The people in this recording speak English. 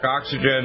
oxygen